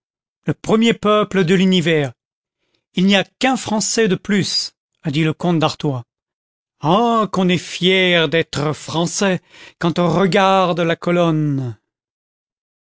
le premier peuple de l'univers il n'y a qu'un français de plus a dit le comte d'artois ah qu'on est fier d'être français quand on regarde la colonne